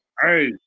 Hey